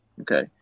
Okay